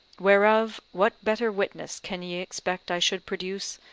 whereof what better witness can ye expect i should produce,